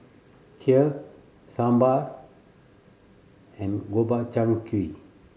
Kheer Sambar and Gobchang Gui